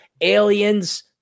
aliens